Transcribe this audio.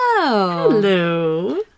Hello